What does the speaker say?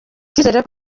icyizere